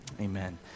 Amen